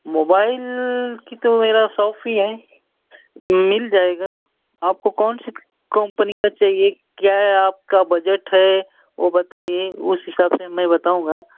mobile कि तो मेरा सौफ ही है मिल जाएगा आपको कौन सी कम्पनी का चाहिए क्या है आपका बजेट है वो आप बताइए उस हिसाब से मैं बताऊँगा